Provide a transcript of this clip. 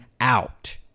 out